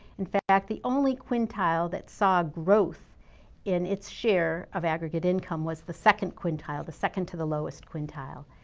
in fact, the only quintile that saw growth in its share of aggregate income was the second quintile, the second to the lowest quintile.